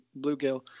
bluegill